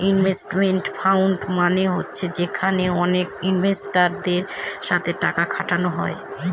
investment fund মানে হচ্ছে যেখানে অনেক ইনভেস্টারদের সাথে টাকা খাটানো হয়